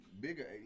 bigger